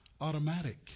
automatic